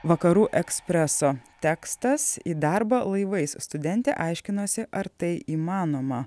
vakarų ekspreso tekstas į darbą laivais studentė aiškinosi ar tai įmanoma